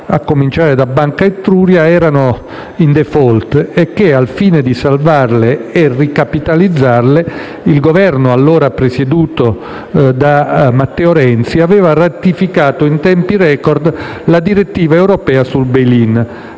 capeggiate da Banca Etruria, erano in *default* e che, al fine di salvarle e ricapitalizzarle, il Governo allora presieduto da Matteo Renzi, aveva ratificato in tempi *record* la direttiva europea sul *bail